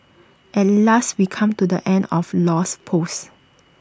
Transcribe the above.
at last we come to the end of Low's post